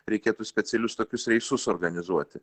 reikėtų specialius tokius reisus organizuoti